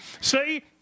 See